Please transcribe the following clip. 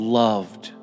loved